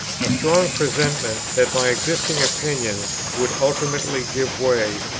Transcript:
a strong presentiment that my existing opinions would ultimately give way,